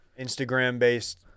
Instagram-based